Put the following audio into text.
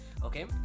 Okay